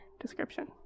description